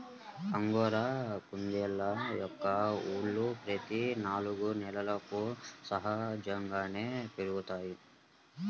angora కుందేళ్ళ యొక్క ఊలు ప్రతి నాలుగు నెలలకు సహజంగానే పెరుగుతుంది